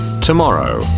tomorrow